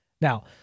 Now